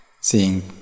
seeing